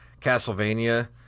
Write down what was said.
Castlevania